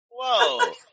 Whoa